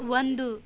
ಒಂದು